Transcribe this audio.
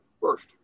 first